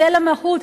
וזה למהות,